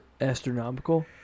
Astronomical